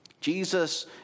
Jesus